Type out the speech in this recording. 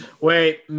wait